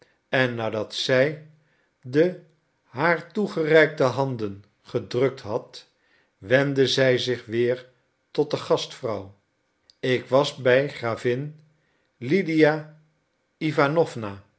en nadat zij de haar toegereikte handen gedrukt had wendde zij zich weer tot de gastvrouw ik was bij gravin lydia iwanowna